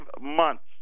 months